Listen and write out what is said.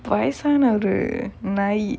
வயசான ஒரு நாயி:vayasaana oru naayi